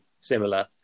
similar